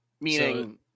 Meaning